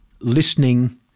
listening